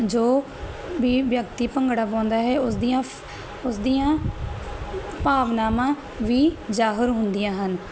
ਜੋ ਵੀ ਵਿਅਕਤੀ ਭੰਗੜਾ ਪਾਉਂਦਾ ਹੈ ਉਸਦੀਆਂ ਉਸਦੀਆਂ ਭਾਵਨਾਵਾਂ ਵੀ ਜਾਹਰ ਹੁੰਦੀਆਂ ਹਨ